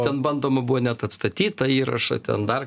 ten bandoma buvo net atstatyt tą įrašą ten dar